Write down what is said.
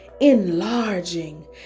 enlarging